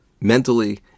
mentally